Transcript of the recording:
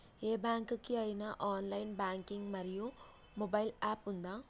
ఏ bank కి ఐనా online banking మరియు మొబైల్ యాప్ ఉందా?